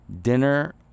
dinner